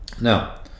Now